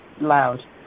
loud